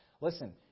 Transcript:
Listen